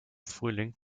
frühling